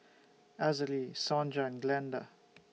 Azalee Sonja and Glenda